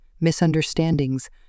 misunderstandings